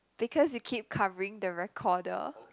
because you keep covering the recorder